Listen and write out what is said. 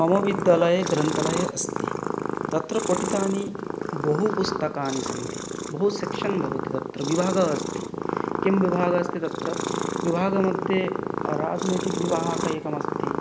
मम विद्यालये ग्रन्थालय अस्ति तत्र पठितानि बहुपुस्तकानि सन्ति बहु सेक्षन् भवति तत्र विभागः अस्ति किं विभागः अस्ति तत्र विभाग मद्ये राजनैतिक विभाग एकम् अस्ति